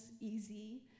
easy